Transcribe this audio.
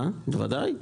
ודאי.